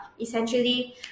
essentially